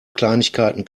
kleinigkeiten